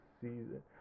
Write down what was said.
season